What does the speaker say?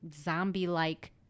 zombie-like